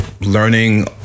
learning